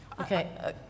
Okay